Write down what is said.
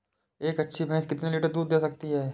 एक अच्छी भैंस कितनी लीटर दूध दे सकती है?